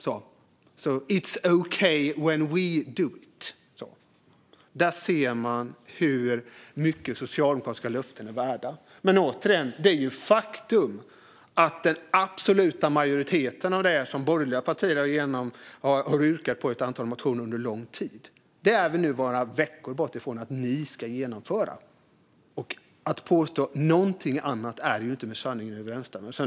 It's ok when we do it. Där ser man hur mycket socialdemokratiska löften är värda. Det är ju, återigen, ett faktum att vi nu bara är veckor från att ni ska genomföra den absoluta majoriteten av det som borgerliga partier har yrkat på i ett antal motioner under lång tid. Att påstå någonting annat är inte med sanningen överensstämmande.